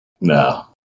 No